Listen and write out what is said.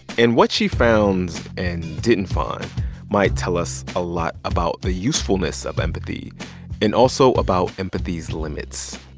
and what she found and didn't find might tell us a lot about the usefulness of empathy and, also, about empathy's limits.